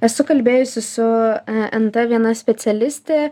esu kalbėjusi su en t a viena specialistė